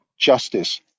justice